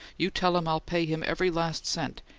you tell him i'll pay him every last cent!